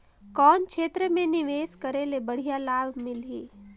कौन क्षेत्र मे निवेश करे ले बढ़िया लाभ मिलही?